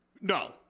No